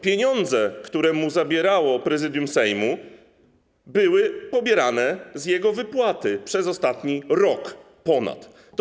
Pieniądze, które mu zabierało Prezydium Sejmu, były pobierane z jego wypłaty przez ostatni ponad rok.